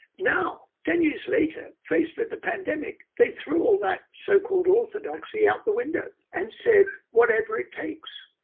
now, ten years later faced with a pandemic, they threw all that so-called orthodoxy out the window and said whatever it takes.